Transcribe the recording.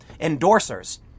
endorsers